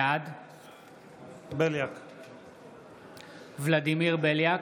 בעד ולדימיר בליאק,